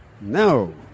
No